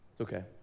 Okay